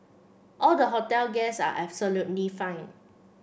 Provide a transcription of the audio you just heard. all the hotel guests are absolutely fine